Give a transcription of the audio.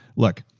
look,